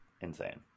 Insane